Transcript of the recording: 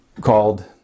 called